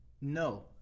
No